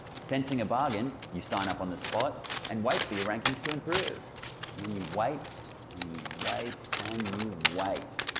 sensing a bargain you sign up on the spot and wait for your rankings to improve. and then you wait and you wait and you wait.